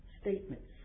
statements